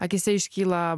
akyse iškyla